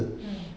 mm